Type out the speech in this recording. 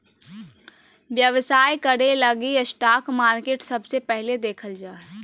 व्यवसाय करे लगी स्टाक मार्केट सबसे पहले देखल जा हय